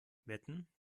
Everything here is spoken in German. wetten